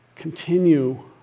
continue